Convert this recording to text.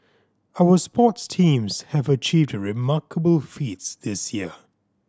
our sports teams have achieved remarkable feats this year